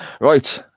Right